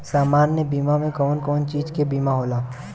सामान्य बीमा में कवन कवन चीज के बीमा होला?